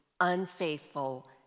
unfaithful